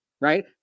right